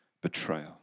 betrayal